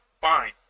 fine